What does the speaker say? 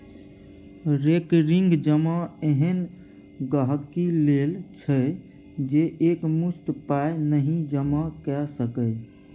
recurring जमा एहन गांहिकी लेल छै जे एकमुश्त पाइ नहि जमा कए सकैए